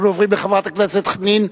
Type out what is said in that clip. אנחנו עוברים לחברת הכנסת חנין.